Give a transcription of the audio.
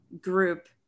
group